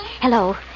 Hello